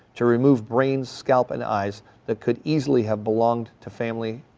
to remove brain, scalp and eyes that could easily have belonged to family,